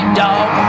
dog